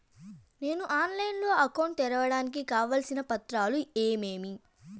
నేను ఆన్లైన్ లో అకౌంట్ తెరవడానికి కావాల్సిన పత్రాలు ఏమేమి?